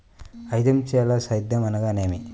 ఐదంచెల సేద్యం అనగా నేమి?